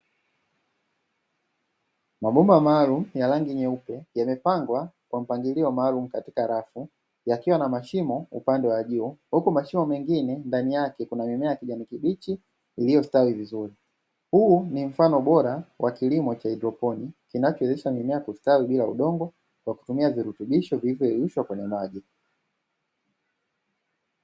Mabomba maalumu ya rangi nyeupe yamepangwa kwa mpangilio maalumu katika rafu, yakiwa na mashimo upande wa juu huku mashimo mengine ndani yake kuna mimea ya kijani kibichi iliyostawi vizuri. Huu ni mfano bora wa kilimo cha haidroponi, kinachowezesha mimea kustawi bila udongo kwa kutumia virutubisho vilivyoyeyushwa kwenye maji.